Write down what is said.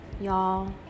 y'all